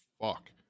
fuck